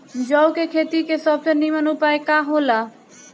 जौ के खेती के सबसे नीमन उपाय का हो ला?